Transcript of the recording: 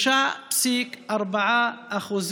3.4%